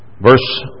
Verse